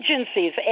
agencies